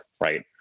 right